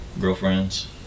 Girlfriends